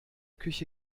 küche